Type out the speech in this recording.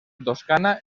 toscana